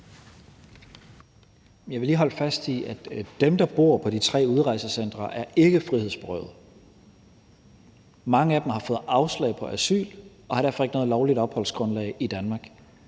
Jeg vil lige holde fast i, at dem, der bor på de tre udrejsecentre, ikke er frihedsberøvede. Mange af dem har fået afslag på asyl og har derfor ikke noget lovligt opholdsgrundlag i Danmark.